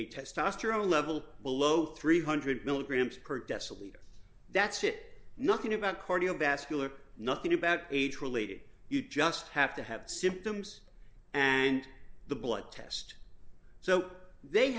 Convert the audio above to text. a testosterone level below three hundred milligrams per deciliter that's it nothing about cardiovascular nothing about age related you just have to have symptoms and the blood test so they